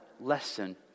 lesson